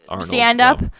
stand-up